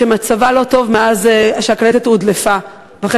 שמצבה לא טוב מאז הודלפה הקלטת ואחרי